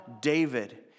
David